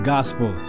Gospel